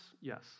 Yes